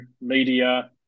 media